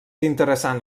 interessant